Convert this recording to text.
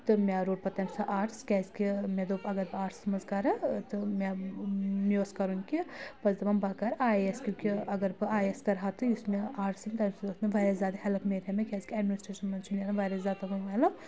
تہٕ مےٚ روٚٹ پَتہٕ تَمہِ ساتہٕ آرٹٕس کیٛازِکہِ مےٚ دوٚپ اگر بہٕ آرٹس منٛز کَرٕ تہٕ مےٚ اوس کَرُن کہِ بہٕ ٲسٕس دَپان کہِ بہٕ کَر آی اے ایس کیوں کہِ اگر بہٕ آی اے ایس کَرٕ ہا تہٕ یُس مےٚ آرٹس تَمہِ سۭتۍ ٲس مےٚ واریاہ زیادٕ ہیلٕپ میلہِ ہہَ مےٚ کیازِ کہِ اَیٚڈمنِسٹرَیٚشَن منٛز چھُ ملان واریاہ زیادٕ تِمَن ہیلٕپ